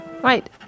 right